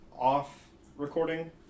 off-recording